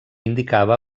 indicava